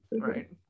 right